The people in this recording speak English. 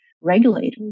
regulators